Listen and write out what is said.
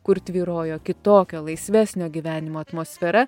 kur tvyrojo kitokio laisvesnio gyvenimo atmosfera